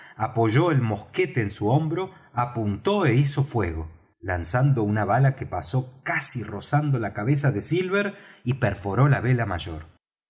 apoyó el mosquete en su hombro apuntó é hizo fuego lanzando una bala que pasó casi rozando la cabeza de silver y perforó la vela mayor